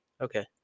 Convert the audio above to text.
Okay